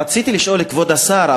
רציתי לשאול את כבוד השר,